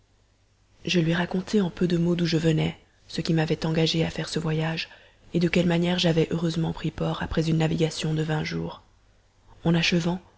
je lui racontai en peu de mots d'où je venais ce qui m'avait engagé à faire ce voyage et de quelle manière j'avais heureusement pris port après une navigation de vingt jours en achevant